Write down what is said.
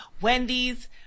Wendy's